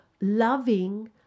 loving